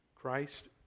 Christ